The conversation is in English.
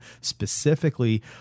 specifically